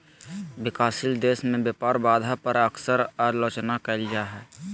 विकासशील देश में व्यापार बाधा पर अक्सर आलोचना कइल जा हइ